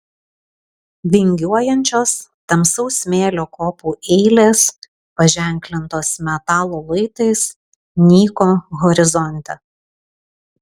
vingiuojančios tamsaus smėlio kopų eilės paženklintos metalo luitais nyko horizonte